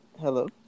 Hello